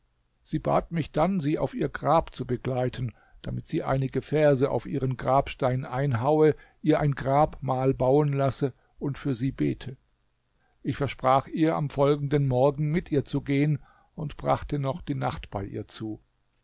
sie bat mich dann sie auf ihr grab zu begleiten damit sie einige verse auf ihren grabstein einhaue ihr ein grabmal bauen lasse und für sie bete ich versprach ihr am folgenden morgen mit ihr zu gehen und brachte noch die nacht bei ihr zu